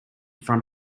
front